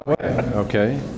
Okay